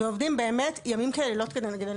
הם באמת עובדים לילות כימים כדי לנסות